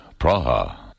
Praha